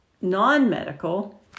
non-medical